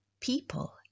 people